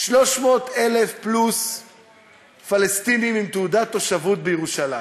300,000 פלוס פלסטינים עם תעודת תושבות בירושלים,